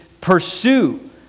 pursue